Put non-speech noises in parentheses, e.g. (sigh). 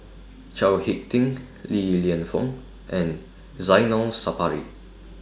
Chao Hick Tin (noise) Li Lienfung and Zainal Sapari